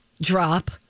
drop